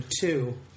two